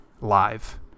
live